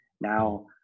now